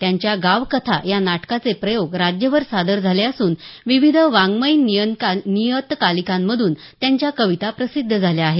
त्यांच्या गावकथा या नाटकाचे प्रयोग राज्यभर सादर झाले असून विविध वाङ्मयीन नियतकालिकांमधून त्यांच्या कविता प्रसिद्ध झाल्या आहेत